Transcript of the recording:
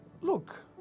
look